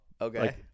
Okay